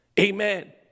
Amen